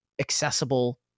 accessible